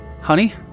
Honey